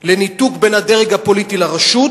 לניתוק בין הדרג הפוליטי לרשות,